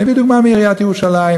אני אביא דוגמה מעיריית ירושלים,